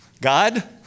God